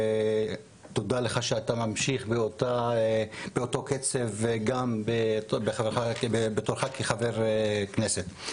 ותודה לך שאתה ממשיך באותו קצב בתורך כחבר כנסת.